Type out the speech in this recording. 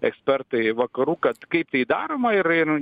ekspertai vakarų kad kaip tai daroma ir ir